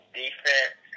defense